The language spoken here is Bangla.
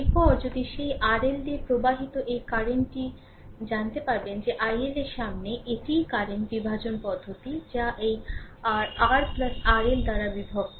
এরপরে যদি সেই RL দিয়ে প্রবাহিত এই কারেন্টটি জানতে পারবেন যে IL এর সমান এটিই কারেন্ট বিভাজন পদ্ধতি যা এই r RRL দ্বারা বিভক্ত